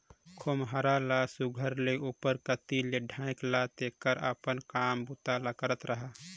खोम्हरा ल सुग्घर ले उपर कती ले ढाएक ला तेकर अपन काम बूता करत रहा